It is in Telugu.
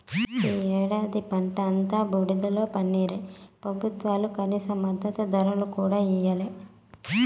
ఈ ఏడాది పంట అంతా బూడిదలో పన్నీరే పెబుత్వాలు కనీస మద్దతు ధర కూడా ఇయ్యలే